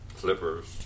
Clippers